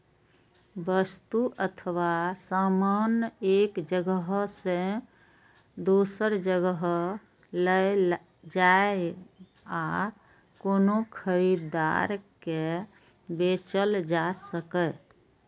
वस्तु अथवा सामान एक जगह सं दोसर जगह लए जाए आ कोनो खरीदार के बेचल जा सकै